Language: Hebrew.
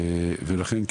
לכן,